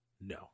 no